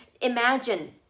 imagine